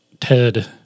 Ted